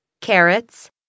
carrots